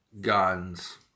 guns